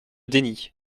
denny